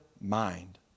mind